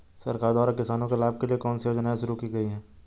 सरकार द्वारा किसानों के लाभ के लिए कौन सी योजनाएँ शुरू की गईं?